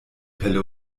pelle